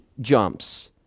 jumps